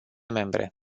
membre